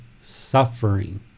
suffering